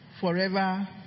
forever